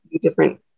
different